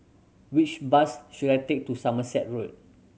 which bus should I take to Somerset Road